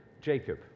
Jacob